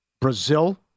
Brazil